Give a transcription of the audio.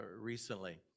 recently